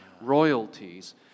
royalties